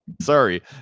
sorry